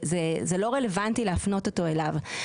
זה לא רלוונטי להפנות אותו אליו.